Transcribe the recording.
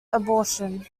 abortion